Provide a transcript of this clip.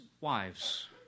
wives